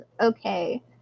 okay